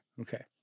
Okay